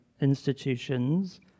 institutions